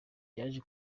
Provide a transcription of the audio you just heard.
yaje